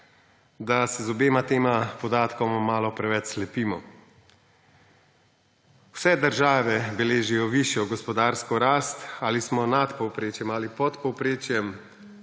da se z obema podatkoma malo preveč slepimo. Vse države beležijo višjo gospodarsko rast, ali smo nad povprečjem ali pod povprečjem